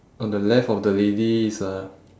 on the left of the lady is a